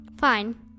Fine